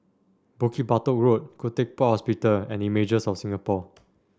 Bukit Batok Road Khoo Teck Puat Hospital and Images of Singapore